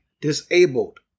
disabled